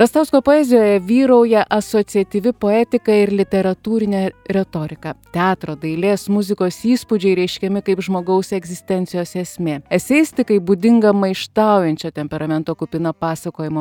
rastausko poezijoje vyrauja asociatyvi poetika ir literatūrinė retorika teatro dailės muzikos įspūdžiai reiškiami kaip žmogaus egzistencijos esmė eseistikai būdinga maištaujančio temperamento kupina pasakojimo